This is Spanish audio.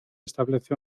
establece